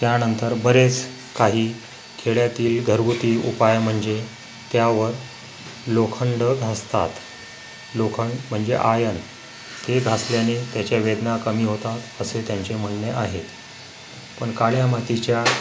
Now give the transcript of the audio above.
त्यानंतर बरेच काही खेड्यातील घरगुती उपाय म्हणजे त्यावर लोखंड घासतात लोखंड म्हणजे आयन ते घासल्याने त्याच्या वेदना कमी होतात असे त्यांचे म्हणणे आहे पण काळ्या मातीच्या